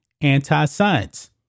anti-science